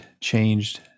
changed